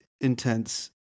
intense